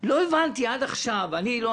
לא הבנתי עד עכשיו ואני שואל את עצמי בימים האחרונים